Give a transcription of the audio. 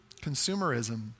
consumerism